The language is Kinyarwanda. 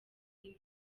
indi